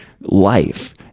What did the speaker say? life